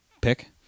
pick